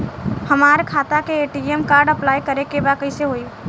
हमार खाता के ए.टी.एम कार्ड अप्लाई करे के बा कैसे होई?